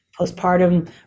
postpartum